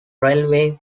railway